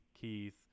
Keith